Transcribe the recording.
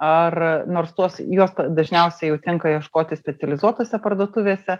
ar nors tuos juos dažniausiai jau tenka ieškoti specializuotose parduotuvėse